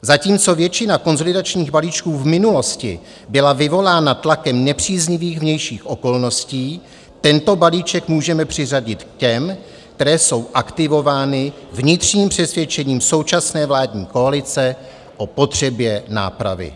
Zatímco většina konsolidačních balíčků v minulosti byla vyvolána tlakem nepříznivých vnějších okolností, tento balíček můžeme přiřadit k těm, které jsou aktivovány vnitřním přesvědčením současné vládní koalice o potřebě nápravy.